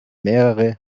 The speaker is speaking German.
mehrere